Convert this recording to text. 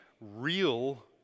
real